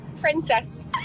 princess